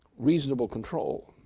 reasonable control,